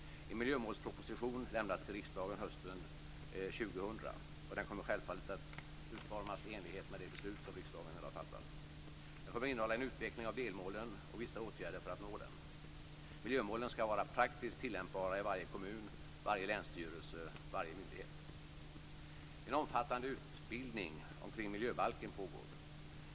En miljömålsproposition lämnas till riksdagen hösten 2000, och den kommer självfallet att utformas i enlighet med de beslut som riksdagen i dag fattar. Propositionen skall innehålla en utveckling av delmålen och förslag till vissa åtgärder för att nå dem. Miljömålen skall vara praktiskt tillämpbara i varje kommun, i varje länsstyrelse och i varje myndighet. En omfattande utbildning kring miljöbalken pågår.